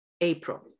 April